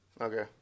Okay